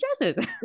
dresses